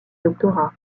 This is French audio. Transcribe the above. doctorat